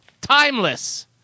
Timeless